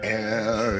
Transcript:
air